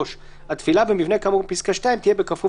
(3)התפילה במבנה כאמור בפסקה (2) תהיה בכפוף